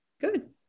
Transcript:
Good